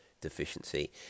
deficiency